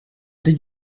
did